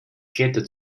glätte